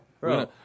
Bro